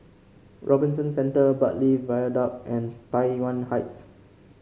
Robinson Centre Bartley Viaduct and Tai Yuan Heights